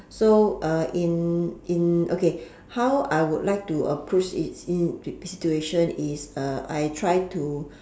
so uh in in okay how I would like to approach it situation is uh I try to